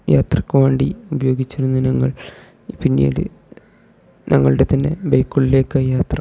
യാത്രക്കു വേണ്ടി ഉപയോഗിച്ചിരുന്ന ഞങ്ങൾ പിന്നീട് ഞങ്ങളുടെ തന്നെ ബൈക്കുകളിൽ ഒക്കെയായി യാത്ര